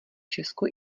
česko